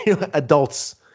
adults